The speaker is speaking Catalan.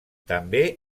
també